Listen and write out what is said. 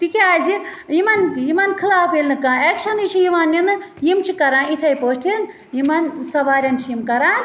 تِکیٛازِ یِمَن یِمَن خٕلاف ییٚلہِ نہٕ کانٛہہ اٮ۪کشَنٕے چھِ یِوان نِنہٕ یِم چھِ کَران یِتھَے پٲٹھۍ یِمَن سوارٮ۪ن چھِ یِم کَران